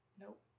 Nope